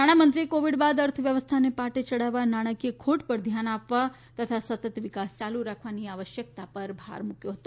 નાણામંત્રીએ કોવિડ બાદ અર્થવ્યસ્થાને પાટે યડાવવા નાણાંકીય ખોટ પર ધ્યાન આપવા તથા સતત વિકાસ ચાલુ રાખવાની આવશ્યકતા પર ભાર મુક્યો હતો